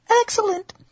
excellent